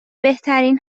بهترین